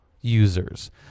users